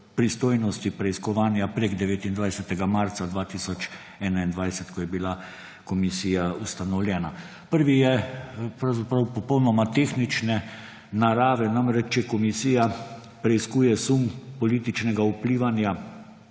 pristojnosti preiskovanja preko 29. marca 2021, ko je bila komisija ustanovljena. Prvi je popolnoma tehnične narave. Namreč če komisija preiskuje sum političnega vplivanja